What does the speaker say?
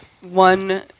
one